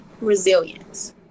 resilience